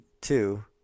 Two